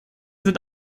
sind